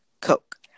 Coke